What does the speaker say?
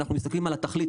אנחנו מסתכלים על התכלית,